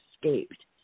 escaped